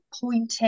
pointing